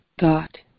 God